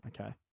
Okay